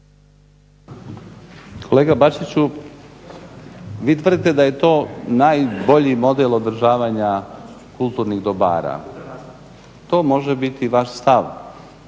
Kolega Bačiću, vi tvrdite da je to najbolji model održavanja kulturnih dobara, to može biti vaš stav,